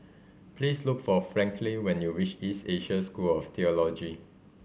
please look for Franklyn when you reach East Asia School of Theology